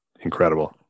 incredible